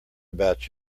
about